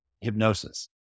hypnosis